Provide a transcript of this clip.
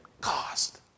cost